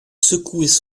secouaient